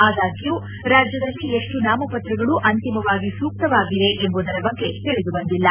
ಆದಾಗ್ಕೂ ರಾಜ್ಯದಲ್ಲಿ ಎಷ್ಟು ನಾಮಪತ್ರಗಳು ಅಂತಿಮವಾಗಿ ಸೂಕ್ತವಾಗಿವೆ ಎಂಬುದರ ಬಗ್ಗೆ ತಿಳಿದು ಬಂದಿಲ್ಲ